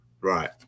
Right